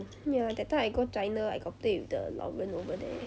ya that time I go china I got play with the 老人 over there